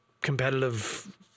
competitive